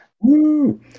Woo